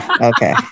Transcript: okay